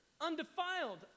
undefiled